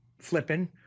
flipping